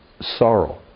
sorrow